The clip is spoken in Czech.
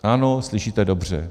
Ano, slyšíte dobře.